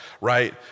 Right